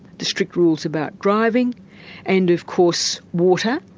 the strict rules about driving and of course water,